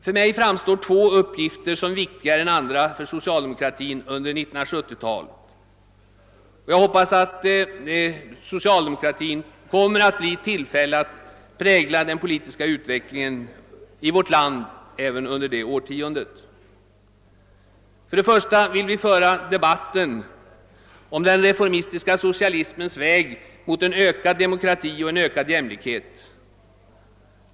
För mig framstår två uppgifter som viktigare än andra för socialdemokratin under 1970-talet, och jag hoppas att socialdemokratin kommer att bli i tillfälle prägla den politiska utvecklingen i vårt land även under det årtiondet. Vi vill — det är den första stora uppgiften — föra vidare debatten om den reformistiska socialismens väg mot ökad demokrati och ökad jämlikhet.